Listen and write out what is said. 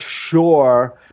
sure